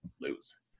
lose